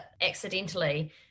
accidentally